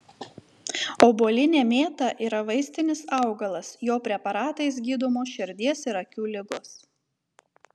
obuolinė mėta yra vaistinis augalas jo preparatais gydomos širdies ir akių ligos